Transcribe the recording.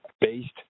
based